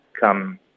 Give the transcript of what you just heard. come